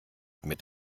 mit